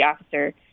officer